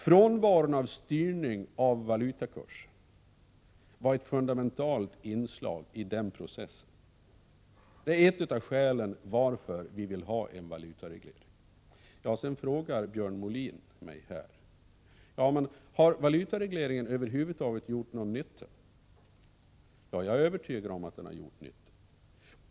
Frånvaron av styrning av valutakursen var ett fundamentalt inslag i den processen. Det är ett av skälen till att vi vill ha en valutareglering. Björn Molin frågar mig: Men har valutaregleringen över huvud taget gjort någon nytta? Ja, jag är övertygad om att den har gjort nytta.